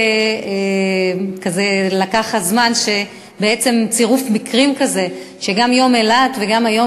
יצא צירוף מקרים כזה שיום אילת והיום